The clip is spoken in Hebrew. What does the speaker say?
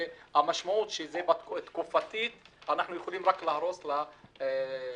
והמשמעות של זה היא תקופתית ואנחנו יכולים רק להרוס לאנשים